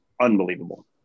unbelievable